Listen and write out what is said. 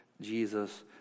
Jesus